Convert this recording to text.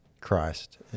Christ